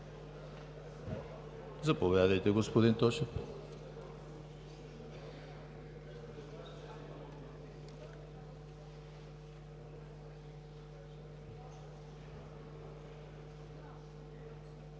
Заповядайте, господин Тошев,